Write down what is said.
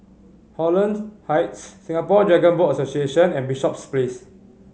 Holland Heights Singapore Dragon Boat Association and Bishops Place